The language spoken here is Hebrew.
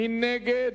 מי נגד?